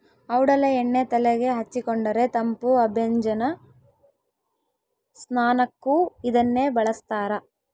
ಔಡಲ ಎಣ್ಣೆ ತೆಲೆಗೆ ಹಚ್ಚಿಕೊಂಡರೆ ತಂಪು ಅಭ್ಯಂಜನ ಸ್ನಾನಕ್ಕೂ ಇದನ್ನೇ ಬಳಸ್ತಾರ